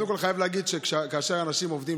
קודם כול אני חייב להגיד שכאשר אנשים עובדים